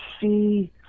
see